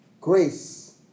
grace